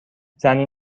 زنی